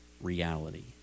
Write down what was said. reality